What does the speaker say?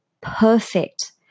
perfect